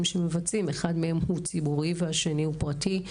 שמבצעים אחד מהם ציבורי והשני פרטי.